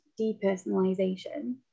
depersonalization